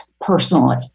personally